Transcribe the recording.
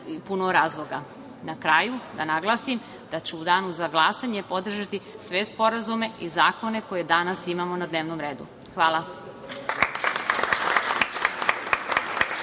puno razloga. Na kraju, da naglasim, da ću u danu za glasanje podržati sve sporazume i zakone koje danas imamo na dnevnom redu. Hvala.